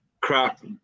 crap